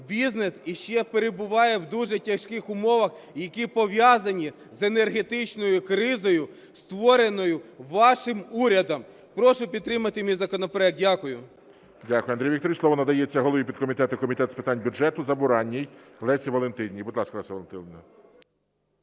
бізнес іще перебуває в дуже тяжких умовах, які пов'язані з енергетичною кризою, створеною вашим урядом. Прошу підтримати мій законопроект. Дякую. ГОЛОВУЮЧИЙ. Дякую, Андрію Вікторовичу. Слово надається голові підкомітету Комітету з питань бюджету Забуранній Лесі Валентинівні. Будь ласка, Лесю Валентинівно.